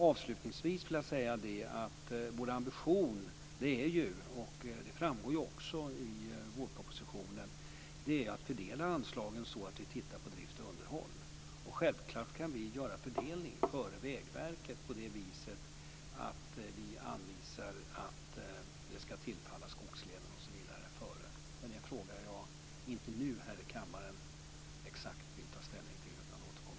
Avslutningsvis vill jag säga att vår ambition är - och det framgår också i vårpropositionen - att fördela anslagen så att vi tittar på drift och underhåll. Självklart kan vi göra en fördelning före Vägverket på det viset att vi anvisar att det ska tillfalla skogslänen, osv. Men det är en fråga jag inte nu här i kammaren exakt vill ta ställning till utan vill återkomma till.